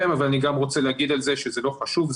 אבל אני רוצה לומר על כך שזה לא חשוב,